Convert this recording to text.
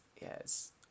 yes